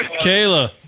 Kayla